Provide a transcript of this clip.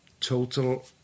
total